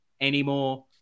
anymore